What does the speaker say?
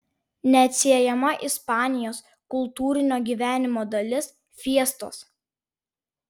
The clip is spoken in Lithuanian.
neatsiejama ispanijos kultūrinio gyvenimo dalis fiestos